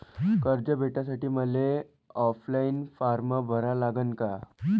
कर्ज भेटासाठी मले ऑफलाईन फारम भरा लागन का?